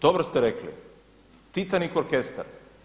Dobro ste rekli, Titanik orkestar.